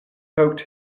poked